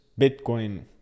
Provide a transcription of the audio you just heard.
Bitcoin